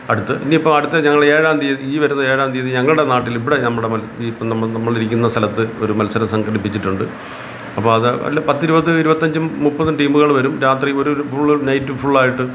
അടുത്ത് ഇനിയിപ്പോള് അടുത്ത് ഞങ്ങള് ഏഴാം തീയതി ഈ വരുന്ന ഏഴാം തീയതി ഞങ്ങളുടെ നാട്ടിലിവിടെ നമ്മുടെ ഈ കുന്നുമ്മ നമ്മളിരിക്കുന്ന സ്ഥലത്ത് ഒരു മത്സരം സംഘടിപ്പിച്ചിട്ടുണ്ട് അപ്പോള് അത് നല്ല പത്തിരുപത് ഇരുപത്തിയഞ്ചും മുപ്പതും ടീമുകള് വരും രാത്രി ഇവിടൊരു ഫുള് നൈറ്റ് ഫുള്ളായിട്ട്